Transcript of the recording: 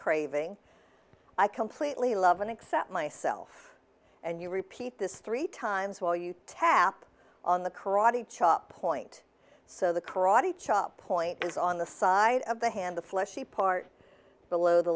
craving i completely love and accept myself and you repeat this three times while you tap on the karate chop point so the karate chop point is on the side of the hand the fleshy part below the